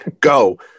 go